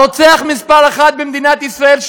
הרוצח מספר אחת במדינת ישראל,